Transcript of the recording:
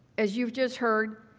as you have just heard,